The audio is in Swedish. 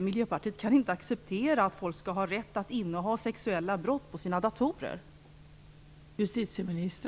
Miljöpartiet kan inte acceptera att folk skall ha rätt att i sina datorer inneha produkter med inslag av sexuella brott.